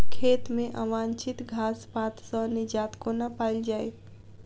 खेत मे अवांछित घास पात सऽ निजात कोना पाइल जाइ?